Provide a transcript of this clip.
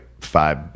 five